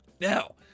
Now